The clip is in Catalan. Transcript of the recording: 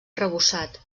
arrebossat